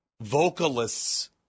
vocalists